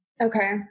Okay